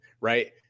right